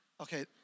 Okay